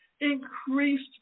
increased